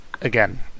again